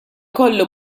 kollu